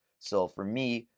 so for me,